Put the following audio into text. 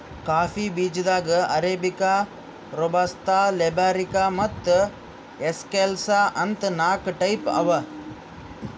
coffee ಬೀಜಾದಾಗ್ arabica, robusta, liberica ಮತ್ತ್ excelsa ಅಂತ್ ನಾಕ್ ಟೈಪ್ ಅವಾ